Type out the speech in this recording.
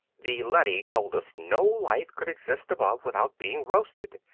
the leady told us no life could exist above without being roasted.